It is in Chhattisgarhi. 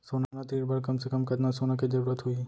सोना ऋण बर कम से कम कतना सोना के जरूरत होही??